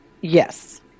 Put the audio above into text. Yes